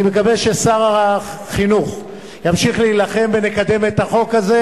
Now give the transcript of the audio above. אני מקווה ששר החינוך ימשיך להילחם ונקדם את החוק הזה.